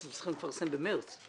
אתם צריכים לפרסם במרס.